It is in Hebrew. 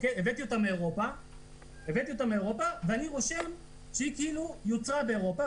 הבאתי אותה מאירופה ואני רושם שהיא כאילו יוצרה באירופה,